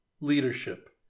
leadership